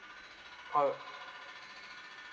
however